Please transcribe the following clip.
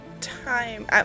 time